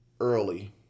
early